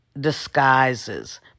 disguises